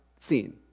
seen